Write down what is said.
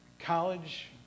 College